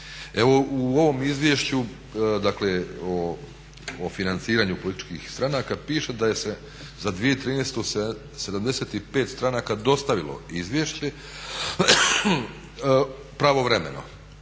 u ovom izvješću, dakle o financiranju političkih stranaka piše da se za 2013. se 75 dostavilo izvješće pravovremeno,